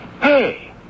Hey